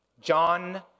John